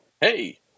hey